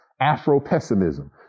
Afro-pessimism